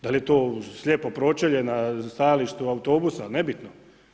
Da li je to slijepo pročelje na stajalištu autobusa, nebitno.